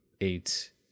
eight